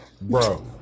Bro